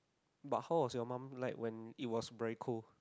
but how was your mum like when it was very cool